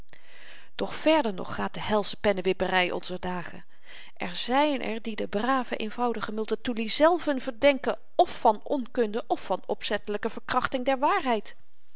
doch verder nog gaat de helsche pennewippery onzer dagen er zyn er die den braven eenvoudigen multatuli zelven verdenken f van onkunde f van opzettelyke verkrachting der waarheid